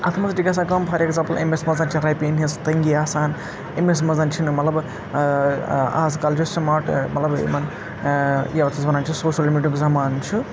اَتھ منٛز چھِ گژھان کٲم فار ایٚگزامپٕل أمِس منٛز چھِ رۄپِیَن ہٕنٛز تنٛگِی آسان أمِس منٛز چِھنہٕ مَطلب ٲں اَز کَل یُس سُماٹ مَطلَب یِمَن ٲں یَتھ أسۍ وَنان چھِ سوشَل مِیڈِیا ہُک زَمانہٕ چھُ